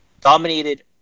dominated